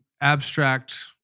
abstract